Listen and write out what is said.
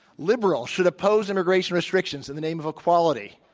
liberals should oppose immigration restrictions in the name of equality.